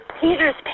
Peter's